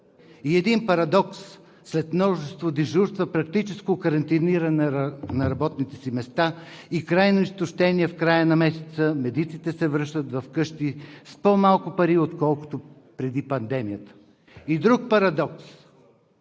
И един парадокс – след множество дежурства, практическо карантиниране на работните си места и крайно изтощение в края на месеца медиците се връщат вкъщи с по-малко пари, отколкото преди пандемията. И друг парадокс